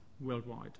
worldwide